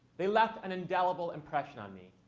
they left an indelible impression on me.